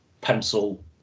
pencil